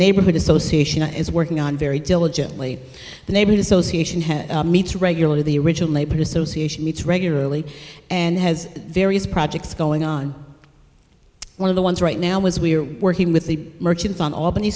neighborhood association is working on very diligently the neighborhood association has meets regularly the original labor association meets regularly and has various projects going on one of the ones right now is we're working with the merchants on albany